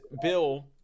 bill